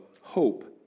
hope